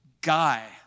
guy